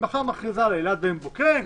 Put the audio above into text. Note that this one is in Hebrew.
מחר מכריזה על אילת ועין בוקק.